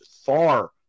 far